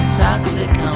toxic